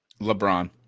LeBron